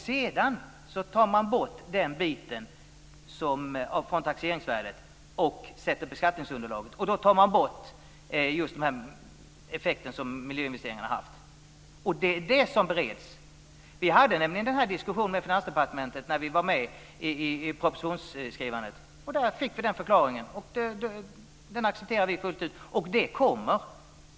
Sedan tar man bort den biten från taxeringsvärdet och bestämmer beskattningsunderlaget. Då tar man bort just den effekt som miljöinvesteringarna har haft. Det är vad som bereds. Vi hade den diskussionen med Finansdepartementet när vi var med i propositionsskrivandet. Då fick vi den förklaringen. Den accepterar vi fullt ut.